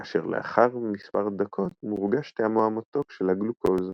כאשר לאחר מספר דקות מורגש טעמו המתוק של הגלוקוז.